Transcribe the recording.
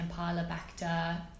Campylobacter